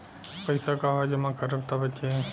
पैसा कहवा जमा करब त बची?